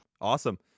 Awesome